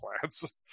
plants